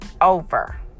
Over